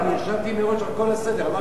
אני נרשמתי מראש על כל הסדר.